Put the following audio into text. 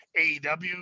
aew